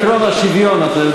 עקרון השוויון, אתה יודע.